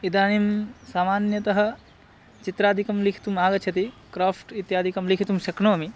इदानिं सामान्यतः चित्रादिकं लिखितुम् आगच्छति क्राफ़्ट् इत्यादिकं लिखितुं शक्नोमि